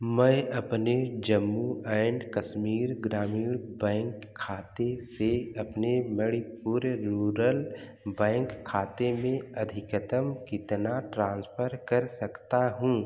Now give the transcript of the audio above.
मैं अपने जम्मू ऐंड कश्मीर ग्रामीण बैंक खाते से अपने मणिपुर रूरल बैंक खाते में अधिकतम कितना ट्रांसफ़र कर सकता हूँ